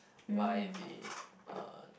why the uh